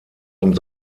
und